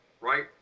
right